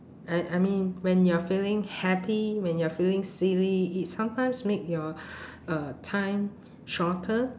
I I mean when you're feeling happy when you're feeling silly it sometimes make your uh time shorter